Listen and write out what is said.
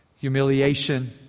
humiliation